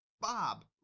Bob